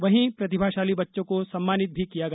वहीं प्रतिभाशाली बच्चों को सम्मानित भी किया गया